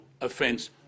offence